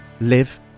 live